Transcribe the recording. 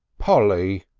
polly.